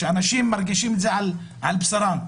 כשאנשים מרגישים את זה על בשרם.